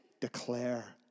declare